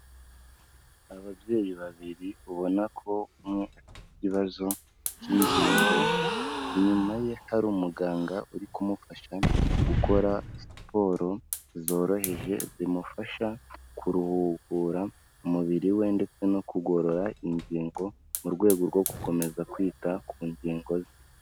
Ababyeyi babiri ubona ko umwe afite ikibazo cy'ingingo, inyuma ye hari umuganga uri kumufasha gukora siporo zoroheje zimufasha kuruhura umubiri we ndetse no kugorora ingingo, mu rwego rwo gukomeza kwita ku ngingo ze.